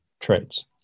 traits